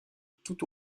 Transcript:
tout